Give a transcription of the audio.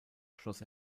schloss